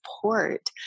support